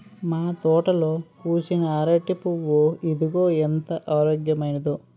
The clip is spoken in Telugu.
మా తోటలో పూసిన అరిటి పువ్వు ఇదిగో ఎంత ఆరోగ్యమైనదో